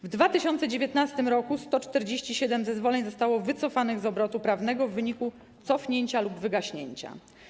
W 2019 r. 147 zezwoleń zostało wycofanych z obrotu prawnego w wyniku cofnięcia lub wygaśnięcia.